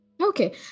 Okay